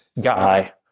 guy